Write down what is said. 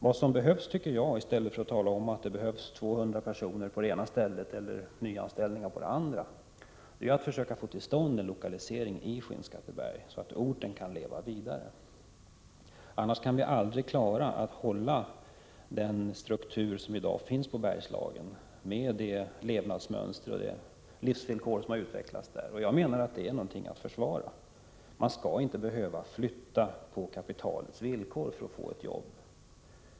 Vad jag tycker behövs, i stället för talet om att det erfordras 200 personer på det ena stället eller nyanställningar på det andra, är ett försök att få till stånd en lokalisering i Skinnskatteberg så att orten kan leva vidare. Annars kan vi aldrig klara av att behålla den struktur som Bergslagen har, med det levnadsmönster och de livsvillkor som har utvecklats där. Jag menar att det är någonting att försvara. Människor skall inte behöva flytta på kapitalets villkor för att få ett jobb.